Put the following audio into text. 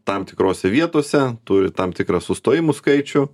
tam tikrose vietose turi tam tikrą sustojimų skaičių